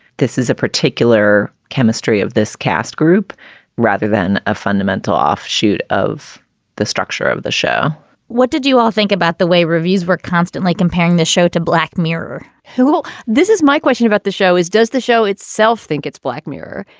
this is a particular chemistry of this cast group rather than a fundamental offshoot of the structure of the show what did you all think about the way reviews were constantly comparing this show to black mirror? whowill this is my question about the show is does the show itself think it's black mirror?